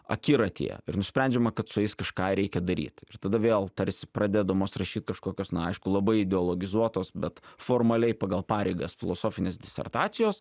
akiratyje ir nusprendžiama kad su jais kažką reikia daryt ir tada vėl tarsi pradedamos rašyti kažkokios na aišku labai ideologizuotos bet formaliai pagal pareigas filosofinės disertacijos